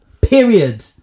period